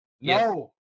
No